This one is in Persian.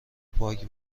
پاک